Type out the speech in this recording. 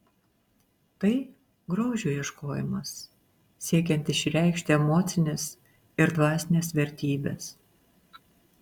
tai grožio ieškojimas siekiant išreikšti emocines ir dvasines vertybes